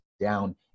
down